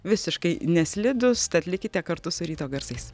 visiškai neslidūs tad likite kartu su ryto garsais